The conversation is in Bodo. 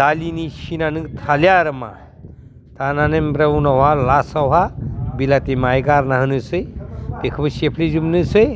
दालिनि सिनानो थालिया आरो मा थानानै ओमफ्राय उनावहा लास्टआवहा बिलाथि माहाय गारना होनोसै बेखौबो सेफ्लेजोबनोसै